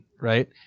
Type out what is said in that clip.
right